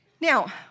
Now